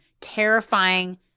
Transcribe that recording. terrifying